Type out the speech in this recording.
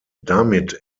damit